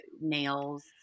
nails